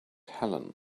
helen